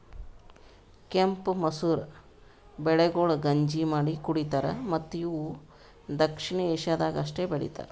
ಕೆಂಪು ಮಸೂರ ಬೆಳೆಗೊಳ್ ಗಂಜಿ ಮಾಡಿ ಕುಡಿತಾರ್ ಮತ್ತ ಇವು ದಕ್ಷಿಣ ಏಷ್ಯಾದಾಗ್ ಅಷ್ಟೆ ಬೆಳಿತಾರ್